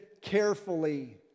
carefully